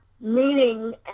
meaning